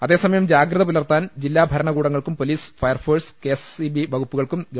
അതേസമയം ജാഗ്രത പുലർത്താൻ ജില്ലാ ഭരണകൂടങ്ങൾക്കും police fire force K S E B വകുപ്പുകൾക്കും ഗവ